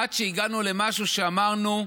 עד שהגענו למשהו שאמרנו: